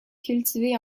cultivée